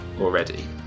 already